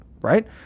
right